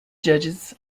judges